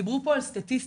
דיברו פה על סטטיסטיקה,